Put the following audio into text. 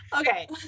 Okay